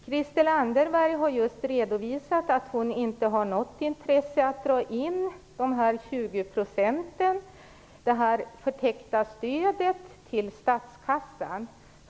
Christel Anderberg har just redovisat att hon inte har något intresse av att dra in dessa 20 %, detta förtäckta stöd, till statskassan.